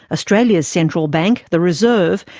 australia's central bank, the reserve,